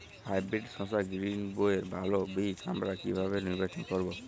Hybrid শসা গ্রীনবইয়ের ভালো বীজ আমরা কিভাবে নির্বাচন করব?